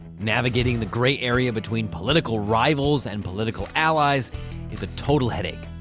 navigating the gray area between political rivals and political allies is a total headache.